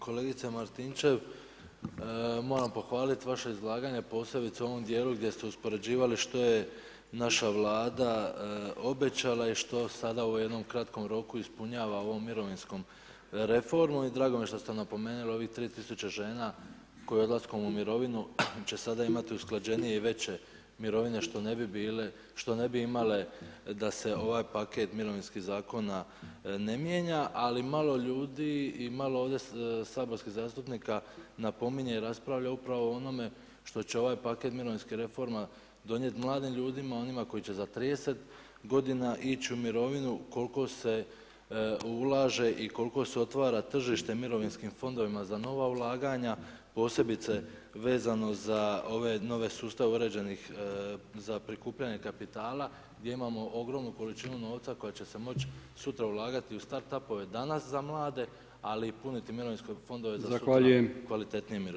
Kolegice Martinčev, moram pohvaliti vaše izlaganje posebice u ovom djelu gdje ste uspoređivali što je naša Vlada obećala i što sada u ovom jednom kratkom roku ispunjava ovom mirovinskom reformom i drago mi je što ste napomenuli ovih 3000 žena koje odlaskom u mirovinu će sada imati usklađenije i veće mirovine što ne bi male da se ovaj paket mirovinskih zakona ne mijenja ali malo ljudi i malo ovdje saborskih zastupnika napominje i raspravlja upravo o onome što će ovaj paket mirovinskih reforma donijeti mladim ljudima, onima koji će za 30 g. ići u mirovinu, koliko se ulaže i koliko se otvara tržište mirovinskim fondovima za nova ulaganja, posebice vezano za ove nove sustave uređenih za prikupljanje kapitala gdje imamo ogromnu količinu novca koja će se moći sutra ulagati u start up-ove danas za mlade i puniti i mirovinske fondove za sutra kvalitetnije mirovine.